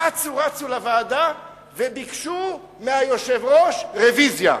אצו רצו לוועדה וביקשו מהיושב-ראש רוויזיה.